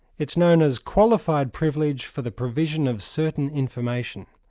it's known as qualified privilege for the provision of certain information.